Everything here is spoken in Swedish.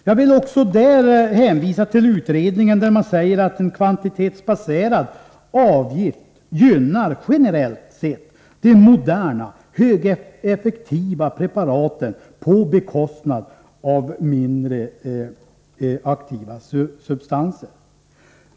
Även i det avseendet hänvisar jag till utredningen, enligt vilken en kvantitetsbaserad avgift gynnar, generellt sett, de moderna högeffektiva preparaten på bekostnad av mindre aktiva substanser.